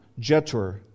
Jetur